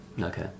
Okay